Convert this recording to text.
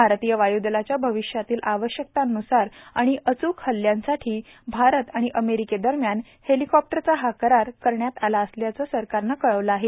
भारतीय वायुदलाच्या भविष्यातील आवश्यकतांन्सार आणि अच्क हल्ल्यांसाठी आरत आणि अमेरिकेदरम्यान हेलीकॉप्टरचा हा करार करण्यात आला असल्याचंही सरकारनं कळवलं आहे